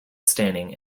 standing